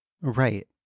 Right